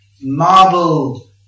marble